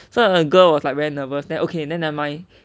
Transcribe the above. so the girl was like very nervous then okay then nevermind